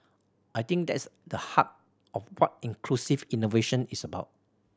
I think that's the heart of what inclusive innovation is about